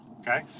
okay